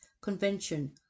Convention